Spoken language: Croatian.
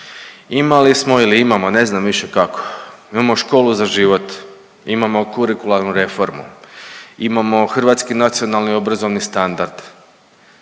Imali smo ili imamo ne znam više kako. Imamo školu za život, imamo kurikularnu reformu, imamo hrvatski nacionalni obrazovni standard.